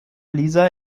lisa